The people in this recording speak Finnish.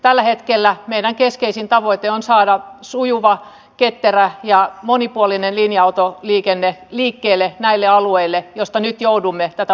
tällä hetkellä meidän keskeisin tavoitteemme on saada sujuva ketterä ja monipuolinen linja autoliikenne liikkeelle näille alueille joilta nyt joudumme tätä ostoliikennettä leikkaamaan